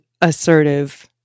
assertive